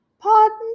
Pardon